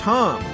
Tom